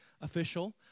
official